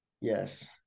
Yes